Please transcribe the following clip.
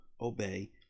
obey